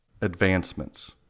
advancements